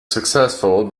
successful